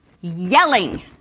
yelling